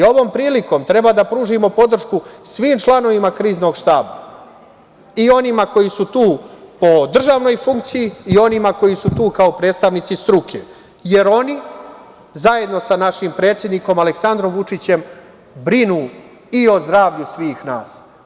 Ovom prilikom treba da pružimo podršku svim članovima Kriznog štaba, i onima koji su tu po državnoj funkciji i onima koji su tu kao predstavnici struke, jer oni zajedno sa našim predsednikom Aleksandrom Vučićem brinu i o zdravlju svih nas.